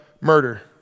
murder